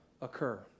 occur